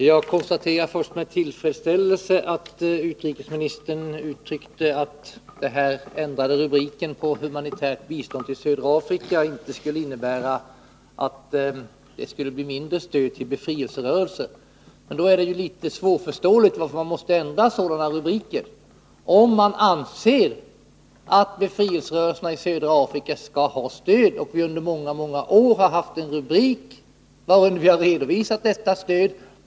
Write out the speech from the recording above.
Herr talman! Först vill jag med tillfredsställelse konstatera att utrikesministern sade att den ändrade rubriken avseende det humanitära biståndet till södra Afrika inte innebär att det skulle bli mindre stöd till befrielserörelser. Men då är det litet svårförståeligt att man måste ändra rubriken, om man anser att befrielserörelserna i södra Afrika skall ha stöd. Vi har ju under många år haft en och samma rubrik under vilken vi har redovisat detta stöd.